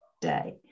day